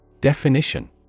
Definition